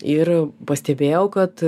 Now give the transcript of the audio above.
ir pastebėjau kad